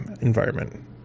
environment